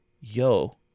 yo